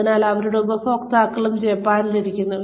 അതിനാൽ അവരുടെ ഉപഭോക്താക്കളും ജപ്പാനിൽ ഇരിക്കുന്നു